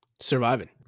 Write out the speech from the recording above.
surviving